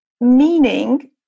meaning